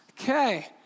Okay